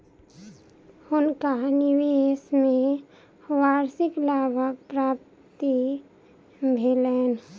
हुनका निवेश में वार्षिक लाभक प्राप्ति भेलैन